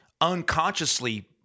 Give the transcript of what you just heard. unconsciously